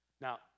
Now